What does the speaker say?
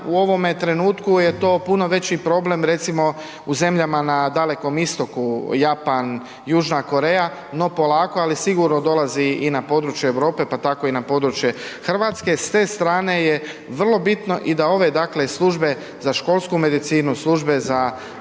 U ovome trenutku je to puno veći problem recimo u zemljama na Dalekom istoku, Japan, Južna Koreja, no polako ali sigurno dolazi i na područje Europe, pa tako i na područje Hrvatske. S te strane je vrlo bitno i da ove dakle službe za školsku medicinu, službe za mentalno